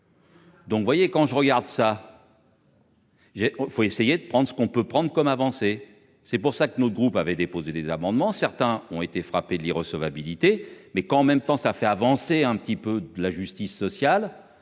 Donc vous voyez quand je regarde ça. J'ai, il faut essayer de prendre ce qu'on peut prendre comme avancé. C'est pour ça que notre groupe avait déposé des amendements. Certains ont été frappés de recevabilité mais qu'en même temps ça fait avancer un petit peu de la justice sociale.